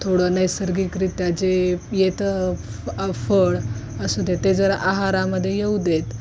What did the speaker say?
थोडं नैसर्गिकरित्या जे येतं फळ असू दे ते जर आहारामध्ये येऊ देत